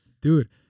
dude